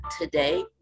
today